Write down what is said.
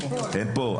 הם פה.